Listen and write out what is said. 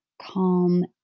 calm